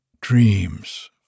dreams